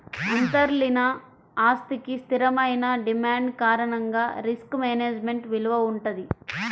అంతర్లీన ఆస్తికి స్థిరమైన డిమాండ్ కారణంగా రిస్క్ మేనేజ్మెంట్ విలువ వుంటది